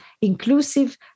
inclusive